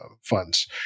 funds